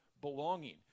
belonging